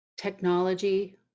technology